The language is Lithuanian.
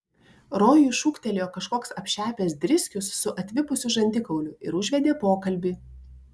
rojui šūktelėjo kažkoks apšepęs driskius su atvipusiu žandikauliu ir užvedė pokalbį